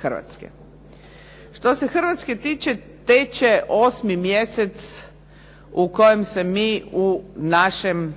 Hrvatske. Što se Hrvatske tiče teče osmi mjesec u kojem se mi u našem